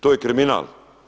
To je kriminal.